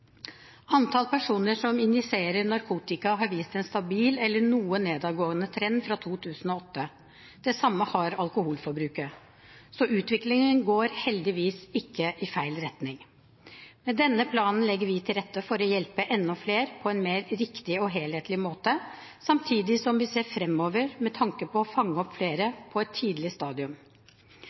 Antall personer som injiserer narkotika, har vist en stabil eller noe nedadgående trend fra 2008. Det samme har alkoholforbruket. Så utviklingen går heldigvis ikke i feil retning. Med denne planen legger vi til rette for å hjelpe enda flere på en mer riktig og helhetlig måte, samtidig som vi ser fremover med tanke på å fange opp flere på et tidlig stadium.